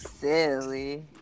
silly